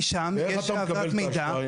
כי שם יש העברת מידע --- ואיך אתה מקבל את האשראי?